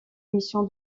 émission